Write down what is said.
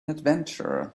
adventurer